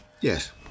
Yes